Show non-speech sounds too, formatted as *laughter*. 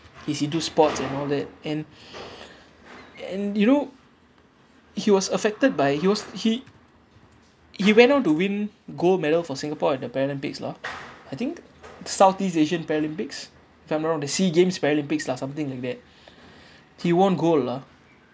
he's into sports and all that and *breath* and you know he was affected by he was he he went on to win gold medal for singapore at the paralympics lah I think southeast asian paralympics if I'm not wrong the sea games paralympics lah something like that he won gold lah